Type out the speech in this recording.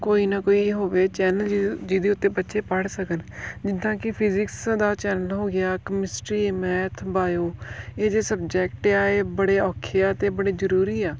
ਕੋਈ ਨਾ ਕੋਈ ਹੋਵੇ ਚੈਨਲ ਜਿਹਦੇ ਜਿਹਦੇ ਉੱਤੇ ਬੱਚੇ ਪੜ੍ਹ ਸਕਣ ਜਿਦਾਂ ਕਿ ਫਿਜਿਕਸ ਦਾ ਚੈਨਲ ਹੋ ਗਿਆ ਕਮਿਸਟਰੀ ਮੈਥ ਬਾਇਓ ਇਹ ਜੇ ਸਬਜੈਕਟ ਆ ਇਹ ਬੜੇ ਔਖੇ ਆ ਅਤੇ ਬੜੇ ਜ਼ਰੂਰੀ ਆ